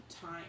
time